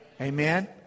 Amen